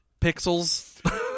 pixels